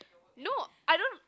no I don't